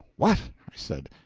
what! i said,